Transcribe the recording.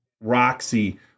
Roxy